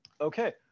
Okay